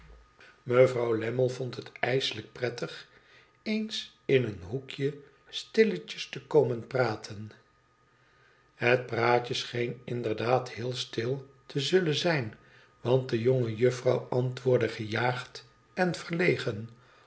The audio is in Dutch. mevrouw lammie vond het ijselijk prettig eens in een hoekje stilletjes te komen praten het praatje scheen inderdaad heel stil te zullen zijn want de jonge juffrouw antwoordde gejaagd en verlegen